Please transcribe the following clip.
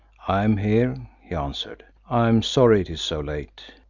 i am here, he answered. i am sorry it is so late.